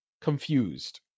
confused